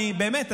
באמת,